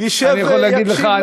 אני יכול להגיד לך,